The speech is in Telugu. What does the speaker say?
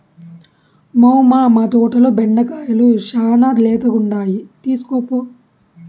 మ్మౌ, మా తోటల బెండకాయలు శానా లేతగుండాయి తీస్కోపో